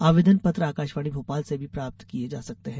आवेदन पत्र आकाशवाणी भोपाल से भी प्राप्त किये जा सकते हैं